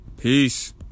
peace